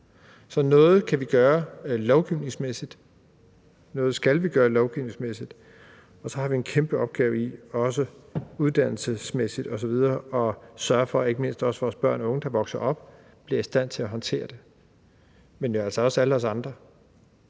Så noget kan vi gøre lovgivningsmæssigt, noget skal vi gøre lovgivningsmæssigt, og så har vi en kæmpe opgave i også uddannelsesmæssigt osv. at sørge for, at ikke mindst også vores børn og unge kan vokse op og blive i stand til at håndtere det. Men det er altså også alle os andre.